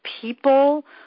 people